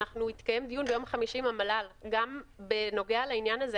יתקיים דיון ביום חמישי עם המל"ל בנוגע לעניין הזה,